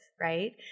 right